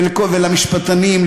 ולמשפטנים,